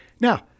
Now